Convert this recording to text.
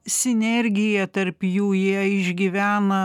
sinergija tarp jų jie išgyvena